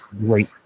great